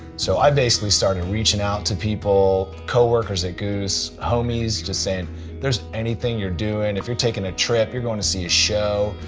so i basically started reaching out to people co-workers at goose, homies, just saying there's anything you're doing and if you're taking a trip, you're going to see a show,